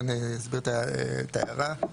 ואני אסביר את ההערה.